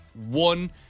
one